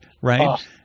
Right